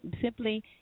Simply